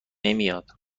نمیاد